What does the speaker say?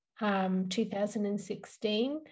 2016